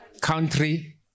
country